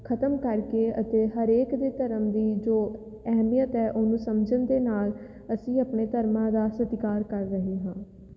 ਖਤਮ ਕਰਕੇ ਅਤੇ ਹਰੇਕ ਦੇ ਧਰਮ ਦੀ ਜੋ ਅਹਿਮੀਅਤ ਹੈ ਉਹਨੂੰ ਸਮਝਣ ਦੇ ਨਾਲ ਅਸੀਂ ਆਪਣੇ ਧਰਮਾਂ ਦਾ ਸਤਿਕਾਰ ਕਰ ਰਹੇ ਹਾਂ